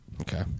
Okay